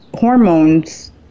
hormones